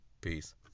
Peace